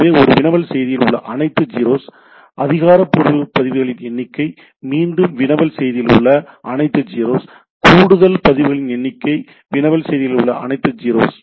எனவே இது வினவல் செய்தியில் உள்ள அனைத்து 0ஸ் அதிகாரப்பூர்வ பதிவுகளின் எண்ணிக்கை மீண்டும் வினவல் செய்தியில் உள்ள அனைத்து 0ஸ் கூடுதல் பதிவுகளின் எண்ணிக்கை வினவல் செய்தியில் உள்ள அனைத்து 0 ஸ்